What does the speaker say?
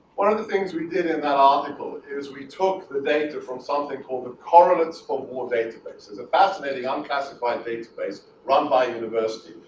one of the things we did in that article is we took the data from something called the correlates for war databases, a fascinating, unclassified database run by a university,